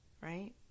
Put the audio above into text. Right